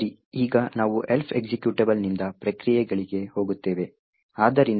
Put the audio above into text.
ಸರಿ ಈಗ ನಾವು Elf ಎಕ್ಸಿಕ್ಯೂಟಬಲ್ ನಿಂದ ಪ್ರಕ್ರಿಯೆಗಳಿಗೆ ಹೋಗುತ್ತೇವೆ ಆದ್ದರಿಂದ ನೀವು